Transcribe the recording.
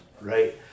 right